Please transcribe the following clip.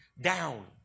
down